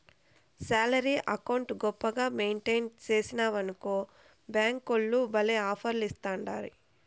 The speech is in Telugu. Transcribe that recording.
శాలరీ అకౌంటు గొప్పగా మెయింటెయిన్ సేస్తివనుకో బ్యేంకోల్లు భల్లే ఆపర్లిస్తాండాయి